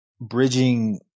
bridging